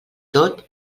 tot